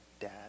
Dad